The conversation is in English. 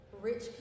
rich